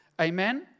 Amen